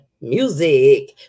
music